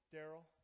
Daryl